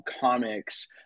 comics